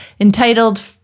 entitled